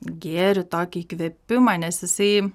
gėrį tokį įkvėpimą nes jisai